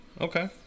Okay